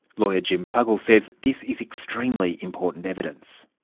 lawyer jim fuggle says this is extremely important evidence.